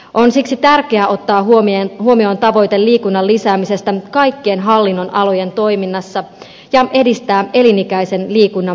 on siksi tärkeä ottaa huomioon tavoite liikunnan lisäämisestä kaikkien hallinnonalojen toiminnassa ja edistää elinikäisen liikunnan mahdollisuuksia